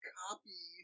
copy